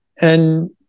And-